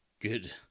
good